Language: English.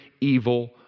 evil